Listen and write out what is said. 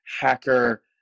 hacker